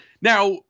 Now